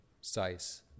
size